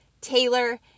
taylor